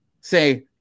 say